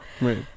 Right